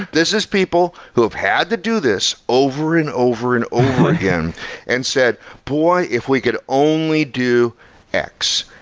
this is people who have had to do this over and over and over again and said, boy! if we could only do x,